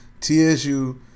TSU